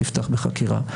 תפתח בחקירה.